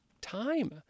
time—